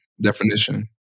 definition